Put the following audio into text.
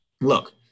look